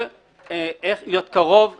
ואיך להיות קרוב ולפקח.